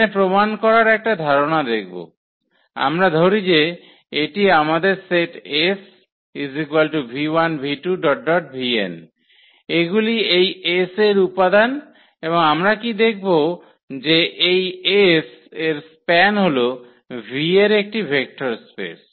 এখানে প্রমাণ করার একটা ধারণা দেখব আমরা ধরি যে এটি আমাদের সেট 𝑆 𝑣1 𝑣2 𝑣𝑛 এগুলি এই 𝑆 এর উপাদান এবং আমরা কী দেখাব যে এই S এর স্প্যান হল 𝑉 এর একটি ভেক্টর স্পেস